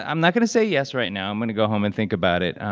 i'm not going to say yes right now. i'm going to go home and think about it.